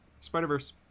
Spider-Verse